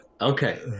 Okay